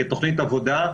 כתוכנית עבודה.